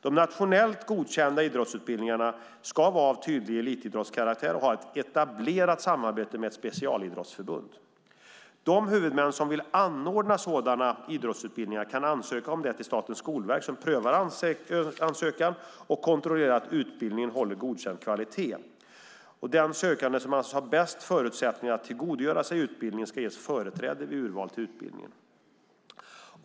De nationellt godkända idrottsutbildningarna ska vara av tydlig elitidrottskaraktär och ha ett etablerat samarbete med ett specialidrottsförbund. De huvudmän som vill anordna sådana idrottsutbildningar kan ansöka om det till Statens skolverk, som prövar ansökan och kontrollerar att utbildningen håller godkänd kvalitet. Den sökande som anses ha bäst förutsättningar att tillgodogöra sig utbildningen ska ges företräde vid urval till utbildningen.